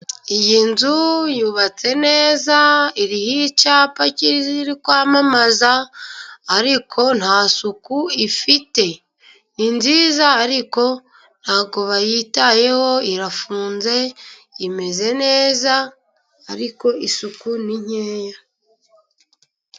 Iyi nzu yubatse neza， iriho icyapa cyo kwamamaza， ariko nta suku ifite. Ni nziza ariko ntabwo bayitayeho irafunze， imeze neza ariko isuku ni nkeya.